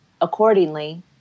Accordingly